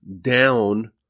down